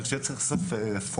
אני חושב שצריך לעשות פורמה.